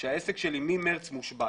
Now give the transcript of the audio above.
העסק שלי מחודש מארס מושב,